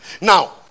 Now